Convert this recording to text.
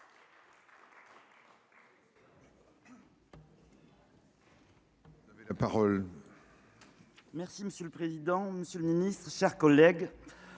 Merci monsieur le président, Monsieur le Ministre, chers collègues.